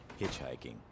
Hitchhiking